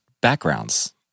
backgrounds